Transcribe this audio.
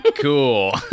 Cool